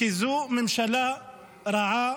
כי זו ממשלה רעה,